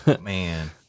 Man